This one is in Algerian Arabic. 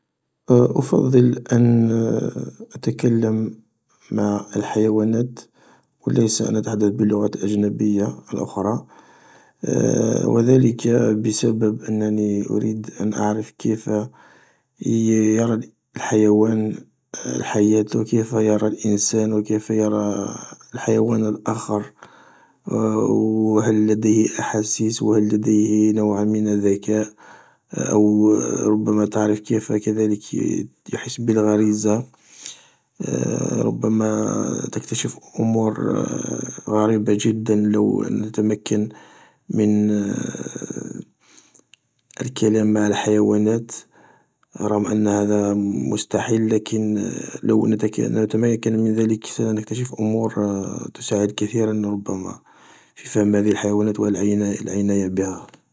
أفضل أن أتكلم مع الحيوانات و ليس أن أتحدث باللغات الأجنبية الأحرى و ذلك بسببأنني أريد أن أعرف كيف يرى الحيوان الحياة و كيف يرى الانسان و كيف يرى الحيوان الآخر و هل لديه أحاسيس و هل لديه نوع من الذكاء أو ربما تعرف كيف كذلك يحس بالغريزة، ربما تكتشف أمور غريبة جدا لو نتمكن من الكلام مع الحيوانات رغم أن هذا مستحيل، لكن لو نتمكن من ذلك سنكتشف أمور تساعد كثيرا ربما في فهم هذه الحيوانات و العناية و العناية بها.